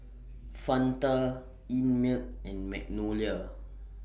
Fanta Einmilk and Magnolia